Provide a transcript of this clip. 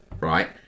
right